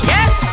Yes